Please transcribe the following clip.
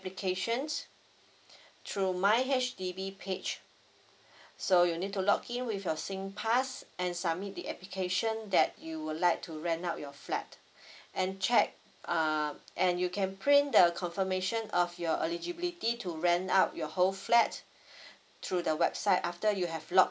applications through my H_D_B page so you need to login with your singpass and submit the application that you would like to rent out your flat and check err and you can print the confirmation of your eligibility to rent out your whole flat through the website after you have log